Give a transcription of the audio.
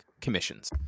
commissions